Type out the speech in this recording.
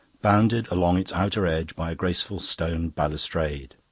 bounded along its outer edge by a graceful stone balustrade.